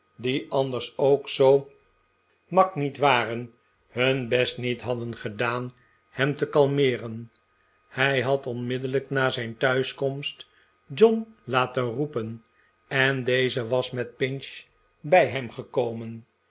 die anders ook zoo mak niet waren hun best niet hadden gedaan hem te kalmeeren hij had onmiddellijk na zijn thuiskomst john laten roepen en deze was met pinch bij hem gekomen